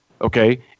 okay